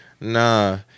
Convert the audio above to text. Nah